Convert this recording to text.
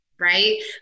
right